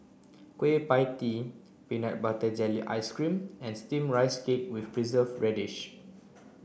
Kueh Pie Tee peanut butter jelly ice cream and steamed rice cake with preserved radish